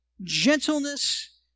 gentleness